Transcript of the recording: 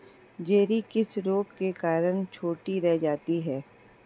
Cherry किस रोग के कारण छोटी रह जाती है?